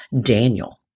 Daniel